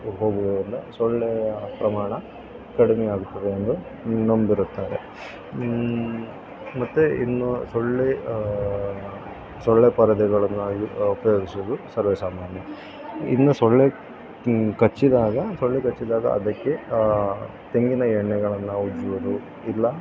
ಹೋಗೋದನ್ನ ಸೊಳ್ಳೆಯ ಪ್ರಮಾಣ ಕಡಿಮೆ ಆಗುತ್ತದೆ ಎಂದು ನಂಬಿರುತ್ತಾರೆ ಮತ್ತೆ ಇನ್ನು ಸೊಳ್ಳೆ ಸೊಳ್ಳೆ ಪರದೆಗಳನ್ನಾಗಲಿ ಉಪಯೋಗಿಸುದು ಸರ್ವೇಸಾಮಾನ್ಯ ಇನ್ನು ಸೊಳ್ಳೆ ಕಚ್ಚಿದಾಗ ಸೊಳ್ಳೆ ಕಚ್ಚಿದಾಗ ಅದಕ್ಕೆ ತೆಂಗಿನ ಎಣ್ಣೆಗಳನ್ನು ಉಜ್ಜೋದು ಇಲ್ಲ